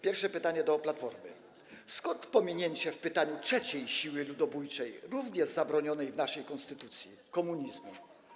Pierwsze pytanie do Platformy: Skąd pominięcie w pytaniu trzeciej siły ludobójczej, również zabronionej w naszej konstytucji - komunizmu?